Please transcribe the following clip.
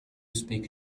speak